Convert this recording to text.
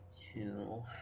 two